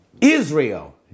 Israel